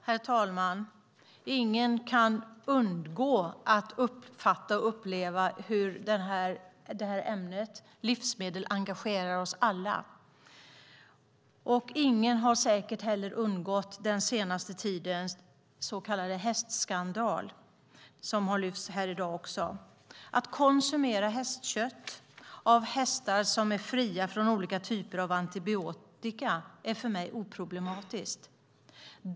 Herr talman! Ingen kan undgå att uppfatta och uppleva hur ämnet livsmedel engagerar oss alla. Ingen har säkert inte heller undgått att uppmärksamma den senaste tidens så kallade hästskandal, som också har lyfts fram här i dag. Att konsumera hästkött av hästar som är fria från olika typer av antibiotika är för mig oproblematiskt.